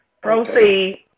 Proceed